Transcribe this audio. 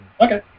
Okay